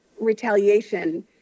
retaliation